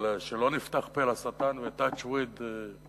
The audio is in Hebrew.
אבל שלא נפתח פה לשטן ו-touch wood,